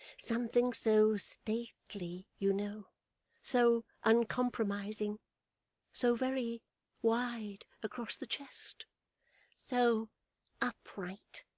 something so stately, you know so uncompromising so very wide across the chest so upright!